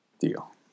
Deal